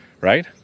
right